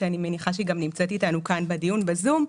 שאני מניחה שהיא גם נמצאת איתנו בדיון בזום.